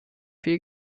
viel